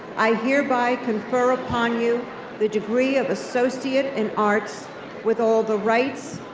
i hereby confer upon you the degree of associate in arts with all the rights,